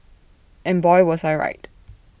and boy was I right